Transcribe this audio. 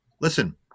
listen